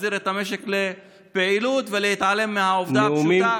להחזיר את המשק לפעילות ולהתעלם מהעובדה הפשוטה,